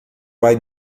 vai